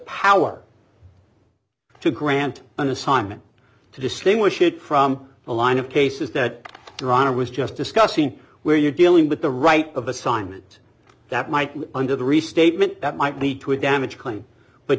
power to grant an assignment to distinguish it from the line of cases that ronald was just discussing where you're dealing with the right of assignment that might be under the restatement that might lead to a damaged one but